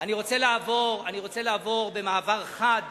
אני רוצה לעבור במעבר חד